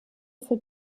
für